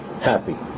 Happy